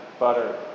butter